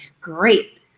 Great